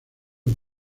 por